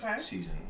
season